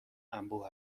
انبوه